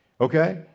Okay